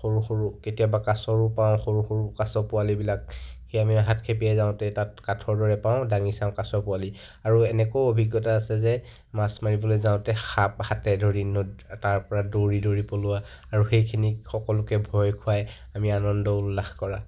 সৰু সৰু কেতিয়াবা কাছৰো পাওঁ সৰু সৰু কাছ পোৱালিবিলাক সেয়া আমি হাত খেপিয়াই যাওঁতে তাত কাঠৰ দৰে পাওঁ দাঙি চাওঁ কাছ পোৱালি আৰু এনেকৈয়ো অভিজ্ঞতা আছে যে মাছ মাৰিবলৈ যাওঁতে সাপ হাতে ধৰি নৈত তাৰপৰা দৌৰি দৌৰি পলোৱা আৰু সেইখিনিক সকলোকে ভয় খুৱাই আমি আনন্দও উল্লাস কৰা